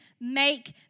make